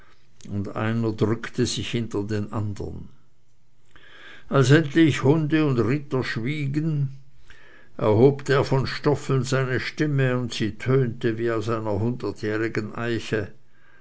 und einer drückte sich hinter den andern als endlich hunde und ritter schwiegen erhob der von stoffeln seine stimme und sie tönte wie aus einer hundertjährigen eiche